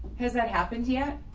has that happened yet?